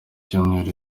cyumweru